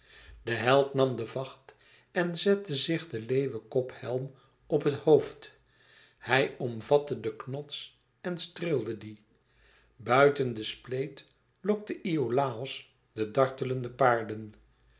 de held nam den vacht en zette zich den leeuwkophelm op het hoofd hij omvatte den knots en streelde dien buiten den spleet lokte iolàos de dartelende paarden